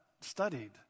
studied